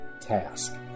task